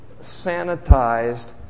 sanitized